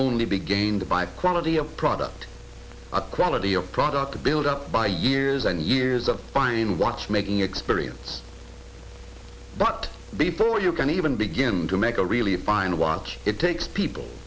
only be gained by quality of product quality or product to build up by years and years of fine watchmaking experience but before you can even begin to make a really fine watch it takes people